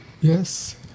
Yes